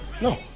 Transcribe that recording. No